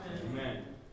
Amen